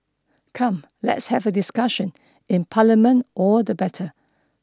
come let's have a discussion in parliament all the better